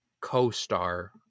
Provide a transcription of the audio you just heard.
co-star